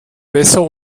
besser